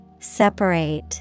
Separate